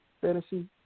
fantasy